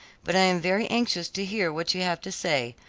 but i am very anxious to hear what you have to say.